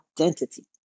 identity